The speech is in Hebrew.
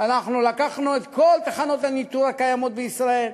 אנחנו לקחנו את כל תחנות הניטור הקיימות בישראל,